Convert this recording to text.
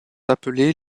appelés